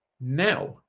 now